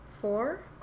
four